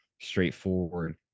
straightforward